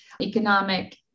economic